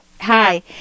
Hi